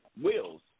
wills